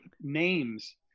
names